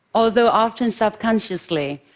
although often subconsciously,